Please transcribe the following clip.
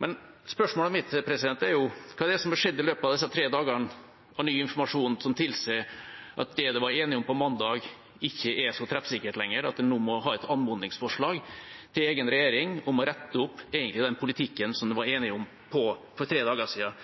Men spørsmålet mitt er: Hva er det som har skjedd i løpet av disse tre dagene? Hvilken ny informasjon er det som tilsier at det en var enig om på mandag, ikke er så treffsikkert lenger, slik at en nå må ha et anmodningsforslag til egen regjering om egentlig å rette opp den politikken en var enig om for tre dager